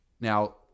Now